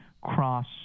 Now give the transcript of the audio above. cross